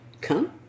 come